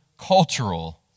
cultural